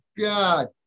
God